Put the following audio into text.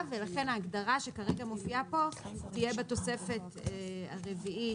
ולכן ההגדרה שכרגע מופיעה כאן תהיה בתוספת הרביעית,